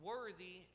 Worthy